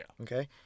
Okay